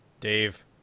Dave